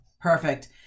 perfect